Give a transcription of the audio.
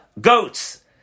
goats